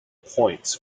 points